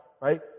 Right